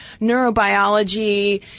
neurobiology